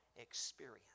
experience